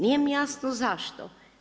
Nije mi jasno zašto?